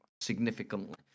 significantly